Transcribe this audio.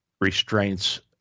restraints